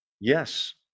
Yes